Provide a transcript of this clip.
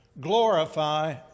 Glorify